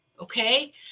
okay